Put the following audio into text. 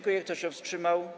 Kto się wstrzymał?